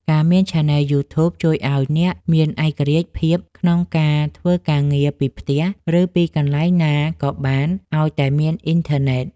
ការមានឆានែលយូធូប ជួយឱ្យអ្នកមានឯករាជ្យភាពក្នុងការធ្វើការងារពីផ្ទះ ឬពីកន្លែងណាក៏បានឱ្យតែមានអ៊ីនធឺណិត។